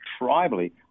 tribally